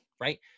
right